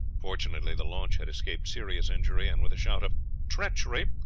fortunately the launch had escaped serious injury, and with a shout of treachery,